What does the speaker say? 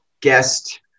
guest